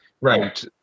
Right